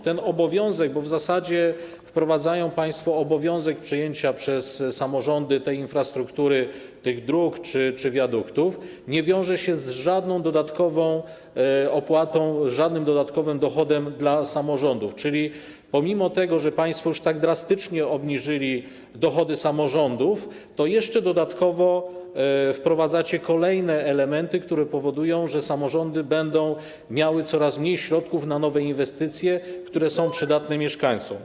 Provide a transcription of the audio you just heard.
Ten obowiązek - bo w zasadzie wprowadzają państwo obowiązek przejęcia przez samorządy tej infrastruktury, tych dróg czy wiaduktów - nie wiąże się z żadnym dodatkowym dochodem dla samorządów, czyli pomimo że państwo już tak drastycznie obniżyli dochody samorządów, to jeszcze dodatkowo wprowadzacie kolejne elementy, które powodują, że samorządy będą miały coraz mniej środków na nowe inwestycje, które są przydatne mieszkańcom.